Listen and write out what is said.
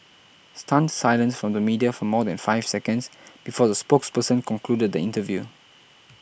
stunned silence from the media for more than five seconds before the spokesperson concluded the interview